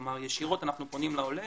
כלומר ישירות אנחנו פונים לעולה